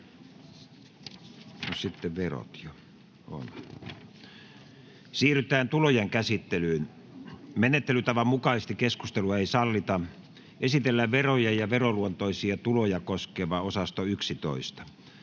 Siirrytään tulojen käsittelyyn. Menettelytavan mukaisesti keskustelua ei sallita. Esitellään veroja ja veroluontoisia tuloja koskeva osasto 11.